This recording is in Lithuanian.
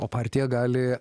o partija gali